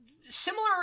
similar